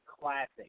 classic